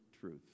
truth